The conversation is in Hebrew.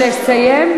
אבקש לסיים,